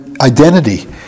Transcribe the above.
identity